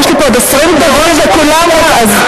יש לי פה עוד 20 דוברים וכולם רוצים,